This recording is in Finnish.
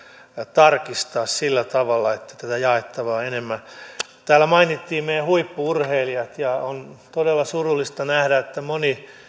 tarkistaa sillä tavalla että tätä jaettavaa on enemmän täällä mainittiin meidän huippu urheilijat on todella surullista nähdä että moni